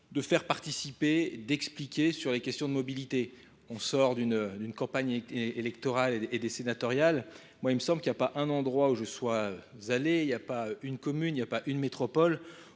de faire participer d'expliquer sur les questions de mobilité, on sort d'une campagne électorale et sénatoriale, Moi, il me semble qu'il n'y a pas un endroit où je sois allé, il n'y a pas une commune, il n'y a pas une métropole,